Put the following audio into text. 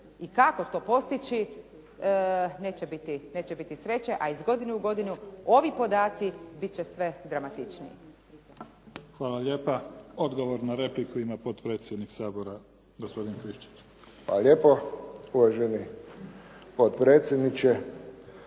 i kako to postići neće biti sreće, a iz godine u godinu ovi podaci biti će sve dramatičniji. **Mimica, Neven (SDP)** Hvala lijepa. Odgovor na repliku ima potpredsjednik Sabora, gospodin Friščić. **Friščić, Josip